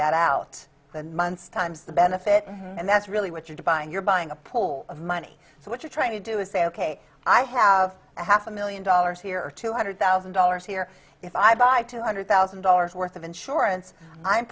that out then months times the benefit and that's really what you're buying you're buying a pool of money so what you're trying to do is say ok i have a half a million dollars here or two hundred thousand dollars here if i buy two hundred thousand dollars worth of insurance i'm